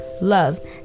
love